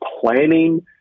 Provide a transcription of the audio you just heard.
planning